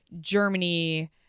Germany